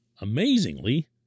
amazingly